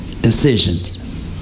decisions